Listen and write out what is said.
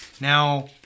Now